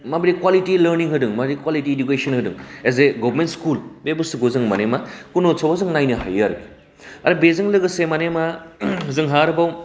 माब्रै quality learning होदों मारै कुवालिटि इडुकेसन होदों एज ए गभर्नमेन्ट स्कुल बे बुस्थुखौ जों माने मा गुन' उत्सव आव जों नायनो हायो आरखि आरो बेजों लोगोसे माने मा जोंहा आरोबाव